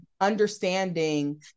understanding